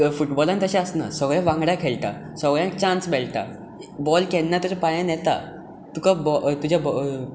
फुटबॉलांत तशें आसना सगळे वांगडां खेळटा सगळ्यांक चान्स मेळटा बॉल केन्ना ताज्या पांयान येता तुका बॉल तुज्या बॉल